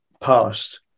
past